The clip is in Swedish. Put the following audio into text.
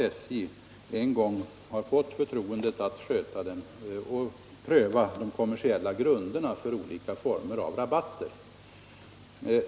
SJ har en gång fått förtroendet att pröva de kommersiella grunderna för olika former av rabatter.